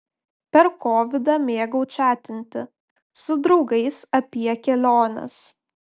per kovidą mėgau čatinti su draugais apie keliones